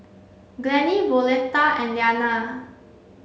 Glennie Violetta and Liana